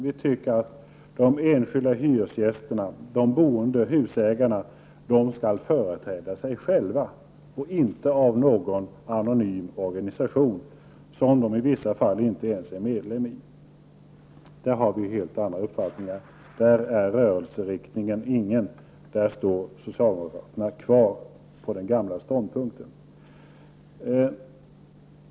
Vi tycker att de enskilda hyresgästerna, de boende, husägarna, skall företräda sig själva och inte företrädas av någon anonym organisation som de i vissa fall inte ens är medlemmar i. Där är rörelseriktningen obefintlig, och där står socialdemokraterna kvar vid den gamla ståndpunkten.